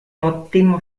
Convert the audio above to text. ottimo